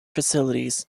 facilities